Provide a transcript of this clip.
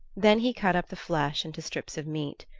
then he cut up the flesh into strips of meat.